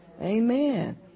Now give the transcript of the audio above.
Amen